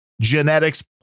genetics